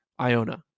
Iona